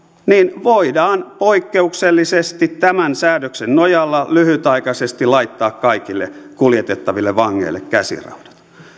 niin voidaan poikkeuksellisesti tämän säädöksen nojalla lyhytaikaisesti laittaa kaikille kuljetettaville vangeille käsiraudat